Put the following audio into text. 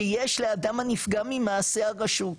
שיש לאדם הנפגע ממעשה הרשות,